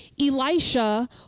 Elisha